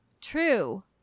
true